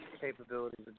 capabilities